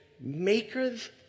makers